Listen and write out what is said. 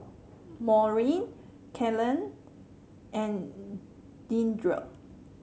Maurine Kalene and Deandre